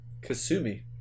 Kasumi